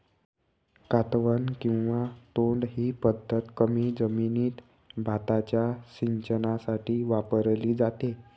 कातवन किंवा तोड ही पद्धत कमी जमिनीत भाताच्या सिंचनासाठी वापरली जाते